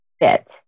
fit